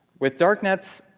with darknets,